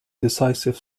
decisive